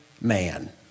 man